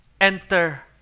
Enter